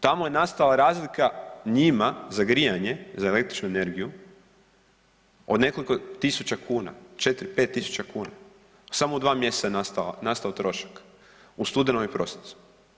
Tamo je nastala razlika njima, za grijanje za električnu energiju od nekoliko tisuća kuna, 4, 5 tisuća kuna, samo u 2 mjeseca je nastao trošak, u studenom i prosincu.